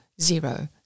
zero